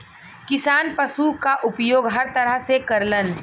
किसान पसु क उपयोग हर तरह से करलन